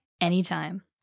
anytime